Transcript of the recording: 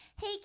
hey